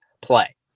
play